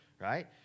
right